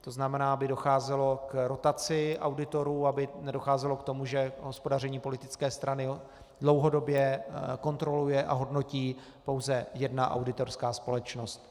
To znamená, aby docházelo k rotaci auditorů, aby nedocházelo k tomu, že hospodaření politické strany dlouhodobě kontroluje a hodnotí pouze jedna auditorská společnost.